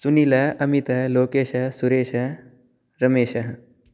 सुनीलः अमितः लोकेशः सुरेशः रमेशः